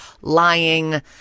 lying